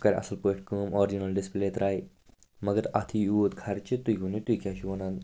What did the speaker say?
سُہ کَرِ اَصٕل پٲٹھۍ کٲم آرجِنَل ڈِسپٕلے ترٛایہِ مگر اَتھ یِیہِ یوٗت خَرچہِ تُہۍ ؤنِو تُہۍ کیٛاہ چھِو وَنان